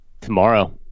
Tomorrow